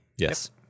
yes